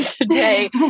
today